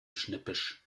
schnippisch